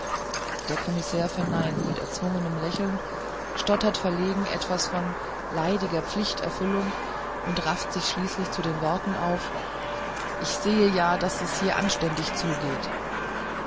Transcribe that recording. der kommissär verneint mit erzwungenem lächeln stottert verlegen etwas von leidiger pflichterfüllung und rafft sich schließlich zu den worten auf ich sehe ja daß es hier anständig zugeht